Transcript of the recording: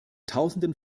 tausenden